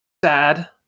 Sad